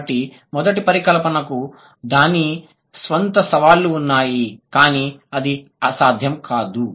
కాబట్టి మొదటి పరికల్పనకు దాని స్వంత సవాళ్లు ఉన్నాయి కానీ అది అసాధ్యం కాదు